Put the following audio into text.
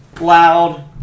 loud